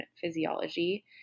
physiology